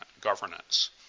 governance